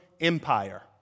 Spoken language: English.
empire